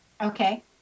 okay